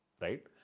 right